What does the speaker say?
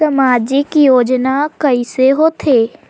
सामजिक योजना कइसे होथे?